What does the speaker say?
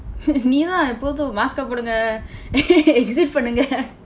நீ தான் எப்போதும்:nii thaan eppoothum mask-ae போடுங்க:poodungka exit பண்ணுங்க:pannungka